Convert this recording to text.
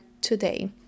today